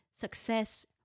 success